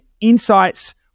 insights